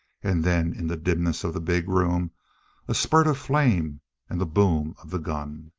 and then in the dimness of the big room a spurt of flame and the boom of the gun.